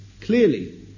Clearly